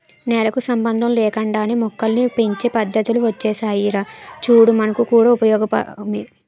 నేలకు సంబంధం లేకుండానే మొక్కల్ని పెంచే పద్దతులు ఒచ్చేసాయిరా చూడు మనకు కూడా ఉపయోగమే